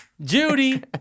Judy